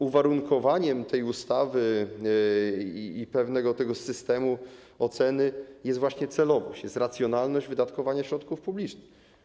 Uwarunkowaniem tej ustawy i pewnego systemu oceny są właśnie celowość i racjonalność wydatkowania środków publicznych.